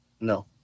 No